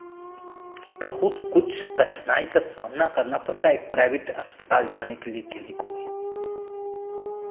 बहुत कुछ कठिनाई का सामना करना पड़ता है एक प्राइवेट अस्पताल जाने के लिए किन्हीं को भी